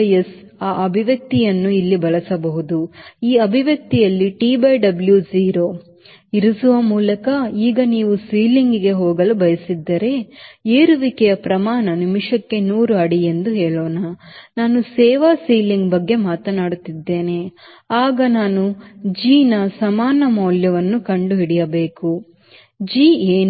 WS ಆ ಅಭಿವ್ಯಕ್ತಿಯನ್ನು ಇಲ್ಲಿ ಬಳಸಬಹುದು ಈ ಅಭಿವ್ಯಕ್ತಿಯಲ್ಲಿ TW0 ಇರಿಸುವ ಮೂಲಕ ಈಗ ನೀವು ಸೀಲಿಂಗ್ಗೆ ಹೋಗಲು ಬಯಸಿದರೆ ಏರುವಿಕೆಯ ಪ್ರಮಾಣ ನಿಮಿಷಕ್ಕೆ 100 ಅಡಿ ಎಂದು ಹೇಳೋಣ ನಾನು ಸೇವಾ ಸೀಲಿಂಗ್ ಬಗ್ಗೆ ಮಾತನಾಡುತ್ತಿದ್ದೇನೆ ಆಗ ನಾನು Gಯ ಸಮಾನ ಮೌಲ್ಯವನ್ನು ಕಂಡುಹಿಡಿಯಬೇಕು Gಏನು